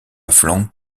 flancs